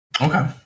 Okay